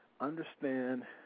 understand